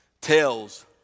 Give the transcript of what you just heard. tells